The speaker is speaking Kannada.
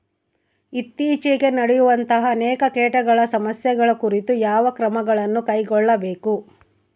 ಇತ್ತೇಚಿಗೆ ನಡೆಯುವಂತಹ ಅನೇಕ ಕೇಟಗಳ ಸಮಸ್ಯೆಗಳ ಕುರಿತು ಯಾವ ಕ್ರಮಗಳನ್ನು ಕೈಗೊಳ್ಳಬೇಕು?